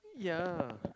yeah